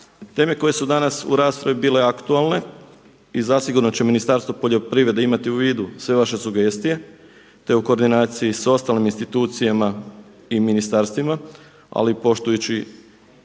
teme koje su danas u raspravi bile aktualne i zasigurno će Ministarstvo poljoprivrede imati u vidu sve vaše sugestije, te u koordinaciji sa ostalim institucijama i ministarstvima ali poštujući